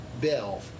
bill